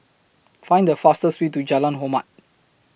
Find The fastest Way to Jalan Hormat